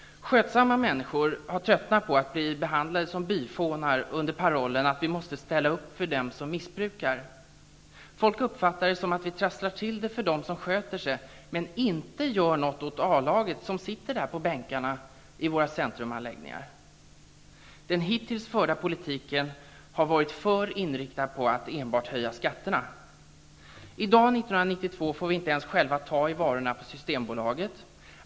Skötsamma människor har tröttnat på att bli behandlade som byfånar under parollen att vi måste ställa upp för dem som missbrukar alkohol. Folk uppfattar det som att vi trasslar till det för dem som sköter sig, men inte gör någonting åt A-laget, som sitter på bänkarna i våra centrumanläggningar. Den hittills förda politiken har varit för mycket inriktad på att enbart höja skatterna. I dag, år 1992, får vi inte ens ta i varorna själva på systembolaget.